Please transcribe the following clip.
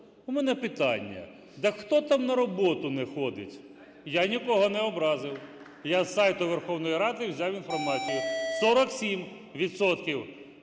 У мене питання: так хто там на роботу не ходить? Я нікого не образив. Я з сайту Верховної Ради взяв інформацію: 47